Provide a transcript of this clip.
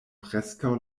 preskaŭ